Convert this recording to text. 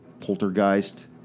poltergeist